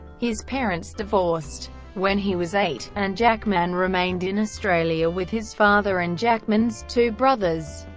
his parents divorced when he was eight, and jackman remained in australia with his father and jackman's two brothers,